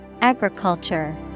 Agriculture